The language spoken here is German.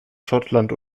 schottland